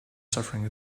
suffering